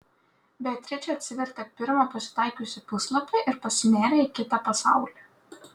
beatričė atsivertė pirmą pasitaikiusį puslapį ir pasinėrė į kitą pasaulį